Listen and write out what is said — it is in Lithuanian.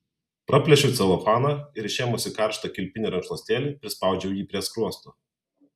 praplėšiau celofaną ir išėmusi karštą kilpinį rankšluostėlį prispaudžiau jį prie skruosto